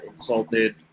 insulted